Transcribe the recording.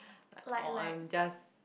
like oh I'm just